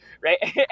right